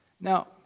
Now